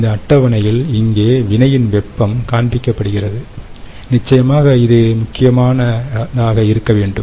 இந்த அட்டவணையில் இங்கே வினையின் வெப்பம் காண்பிக்கப்படுகிறது நிச்சயமாக இது முக்கியமான இருக்க வேண்டும்